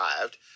arrived